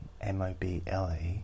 M-O-B-L-E